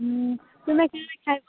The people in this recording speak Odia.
ତୁମେ କା'ଣା ଖାଏବ